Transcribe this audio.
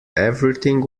everything